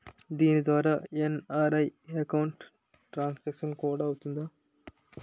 దీని ద్వారా N R I account transaction కూడా అవుతుందా?